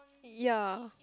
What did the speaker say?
ya